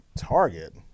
target